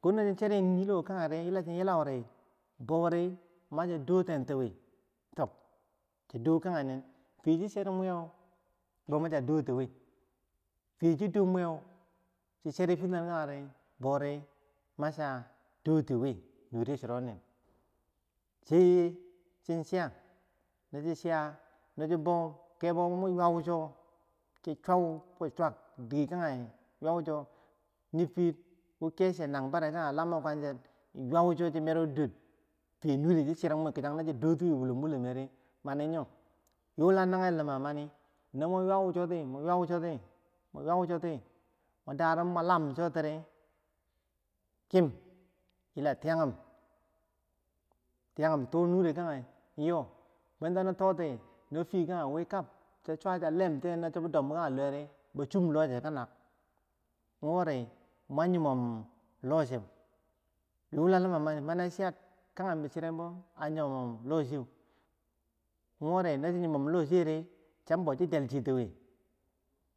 ko no cin chiri nyiloko kangeri, bo cin yilau ri bou ri macha, do tentiwi, tok chado kagenen fiyeh chi cherim wiyeu bo ma cha do tiwi, fiyeh chi dom wiyeu chi cheri fenage kageri, bori masa do ti wi, nureh chironen sai chin chiyah no chi chiyah no chi bow, kebo womun ywau so shi chi chau ki swak dikageh ywaucho nifir ko keche nang bareh kageh, lambikwan cher chi ywau cho chi meruu dor, fiyeh nureh chi cherim wi kichangeh na chi dor ti wi wulom wulom meri, mani yoh yulan nager limah mani, nomun ywau choti mun ywau choti mu ywau choti no mun darim mwa lam cho tiri, kim yilah tiyagum tiyagum tunure kageh yoh bwen tano toti, no fiyeh kageh wi kab cha swer cha lem tiyeh no chi bi dom kage luweri, boh swum loh chew ki nang worri mwan yimom loh chew, yula lima mani mana chiyar, kagem bo bi chiren bo a yimom loh chi yeu, wori nochi yimum loh chiyew ri chiyeah bow chi delchiti wi,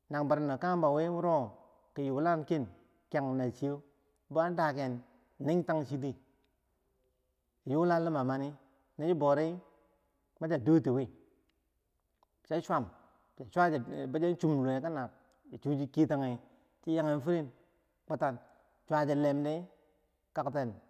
nag barendo kagembo wi wuro ki yulanken, kiyang na chiyeu bo han dagen ning tan chi ti, yulah nima mani nochi bou ri machiyah do ti wi, cha swum swuti bosan swum luweh ki nang, chi chu chi ketagi chi yagen firen, kutan lachi lem di kakten.